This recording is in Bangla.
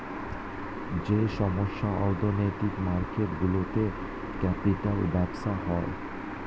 যেই সমস্ত অর্থনৈতিক মার্কেট গুলোতে ক্যাপিটাল ব্যবসা হয়